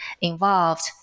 involved